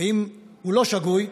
אם הוא לא שגוי,